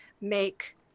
make